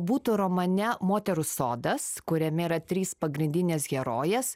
būtų romane moterų sodas kuriame yra trys pagrindinės herojės